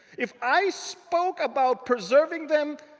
if i spoke about preserving them,